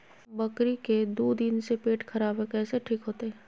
बकरी के दू दिन से पेट खराब है, कैसे ठीक होतैय?